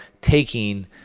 taking